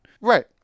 Right